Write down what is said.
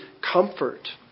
comfort